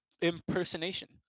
impersonation